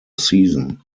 season